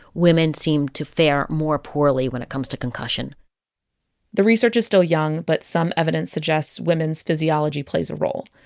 women seem to fare more poorly when it comes to concussion the research is still young. but some evidence suggests women's physiology plays a role.